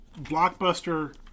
blockbuster